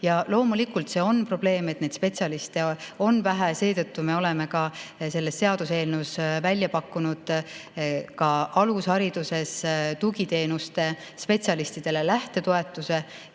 loomulikult see on probleem, et neid spetsialiste on vähe. Seetõttu me oleme ka selles seaduseelnõus välja pakkunud alushariduses tugiteenuste spetsialistidele lähtetoetuse.